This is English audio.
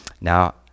Now